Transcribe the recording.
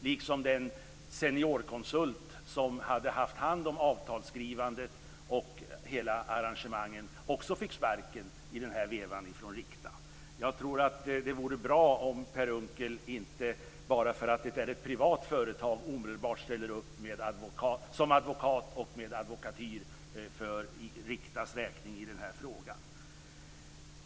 Även den seniorkonsult som hade haft hand om avtalsskrivandet och hela arrangemanget fick sparken i denna veva från Rikta. Jag tror att det vore bra om Per Unckel inte bara därför att det är ett privat företag omedelbart ställer upp som advokat och med advokatyr för Riktas räkning i denna fråga.